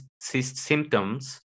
symptoms